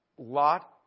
Lot